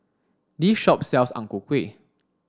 this shop sells ang ku kueh